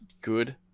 good